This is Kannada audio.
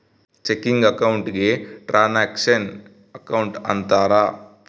ಚೆಕಿಂಗ್ ಅಕೌಂಟ್ ಗೆ ಟ್ರಾನಾಕ್ಷನ್ ಅಕೌಂಟ್ ಅಂತಾರ